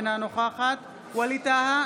אינה נוכחת ווליד טאהא,